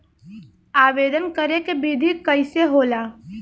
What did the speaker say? आवेदन करे के विधि कइसे होला?